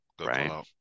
Right